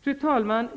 Fru talman!